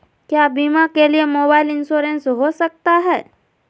क्या बीमा के लिए मोबाइल इंश्योरेंस हो सकता है?